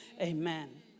Amen